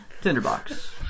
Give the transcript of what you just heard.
tinderbox